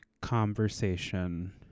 conversation